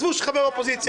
עזבו שאני חבר אופוזיציה,